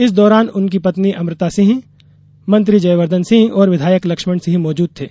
इस दौरान उनकी पत्नी अमृता सिंह मंत्री जयवर्द्वन सिंह और विधायक लक्ष्मण सिंह मौजूद थे